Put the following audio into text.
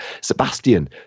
Sebastian